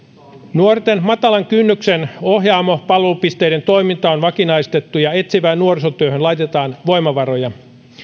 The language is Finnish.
nuorten matalan kynnyksen ohjaamo palvelupisteiden toiminta on vakinaistettu ja etsivään nuorisotyöhön laitetaan voimavaroja